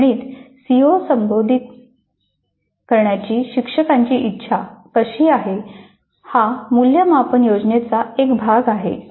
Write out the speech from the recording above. चाचणीत सीओ संबोधित करण्याची शिक्षकांची इच्छा कशी आहे हा मूल्यमापन योजनेचा एक भाग आहे